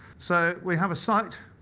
so we have a site,